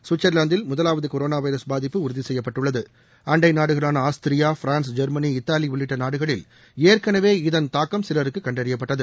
சுவிட்சர்வாந்தில் முதலாவது corona virus பாதிப்பு உறுதி செய்யப்பட்டுள்ளது அண்டை நாடுகளான ஆஸ்த்ரியா பிரான்ஸ் ஜெர்மனி இத்தாலி உள்ளிட்ட நாடுகளில் ஏற்கெனவே இதன் தாக்கம் சிலருக்கு கண்டறியப்பட்டது